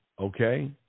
okay